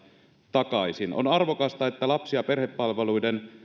takaisin on arvokasta että lapsi ja perhepalveluiden